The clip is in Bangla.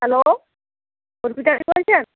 হ্যালো অর্পিতা বলছেন